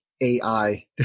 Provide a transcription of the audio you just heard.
AI